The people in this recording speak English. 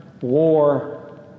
war